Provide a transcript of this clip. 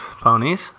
Ponies